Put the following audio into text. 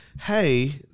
Hey